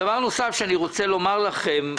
דבר נוסף שאני רוצה לומר לכם,